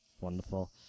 Wonderful